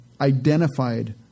identified